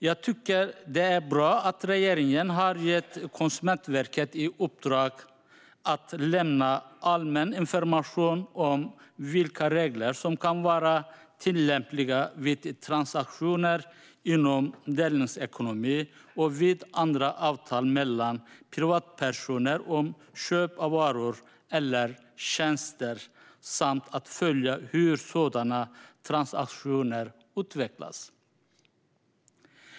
Jag tycker att det är bra att regeringen har gett Konsumentverket i uppdrag att lämna allmän information om vilka regler som kan vara tillämpliga vid transaktioner inom delningsekonomin och vid andra avtal mellan privatpersoner om köp av varor eller tjänster samt att följa hur sådana transaktioner utvecklas.